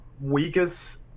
weakest